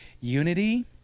unity